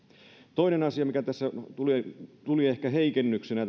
toinen asia mikä näissä uusissa aikatauluissa tuli ehkä heikennyksenä